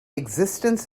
existence